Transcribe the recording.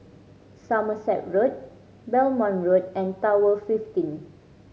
Somerset Road Belmont Road and Tower fifteen